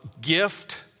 gift